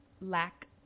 lack